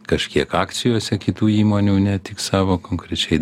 kažkiek akcijose kitų įmonių ne tik savo konkrečiai